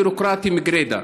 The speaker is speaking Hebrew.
ביורוקרטיים גרידא.